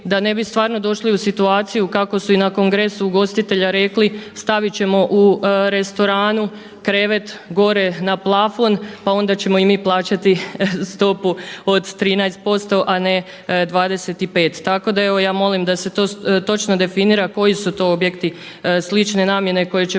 da ne bi stvarno došli u situaciju kako su i na Kongresu ugostitelja rekli stavit ćemo u restoranu krevet gore na plafon, pa onda ćemo i mi plaćati stopu od 13%, a ne 25. Tako da evo ja molim da se to točno definira koji su to objekti slične namjene koje će